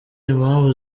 impamvu